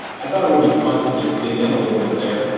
i thought it would be fun to just dig in a little bit there.